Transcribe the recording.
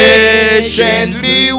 Patiently